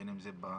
בין אם זה בבריכות,